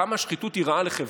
כמה שחיתות היא רעה לחברה.